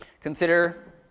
Consider